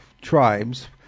tribes